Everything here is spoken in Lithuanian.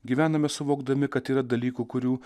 gyvename suvokdami kad yra dalykų kurių